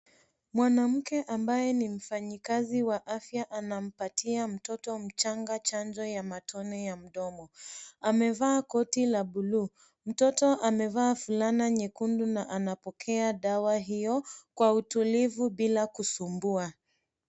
Mwanamke ambaye ni mfanyikazi wa afya anampatia mtoto mchanga chanjo ya matone ya mdomo. Amevaa koti la bluu. Mtoto amevaa fulana nyekundu na anapokea dawa hiyo kwa utulivu bila kusumbua.